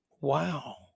Wow